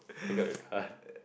take out your card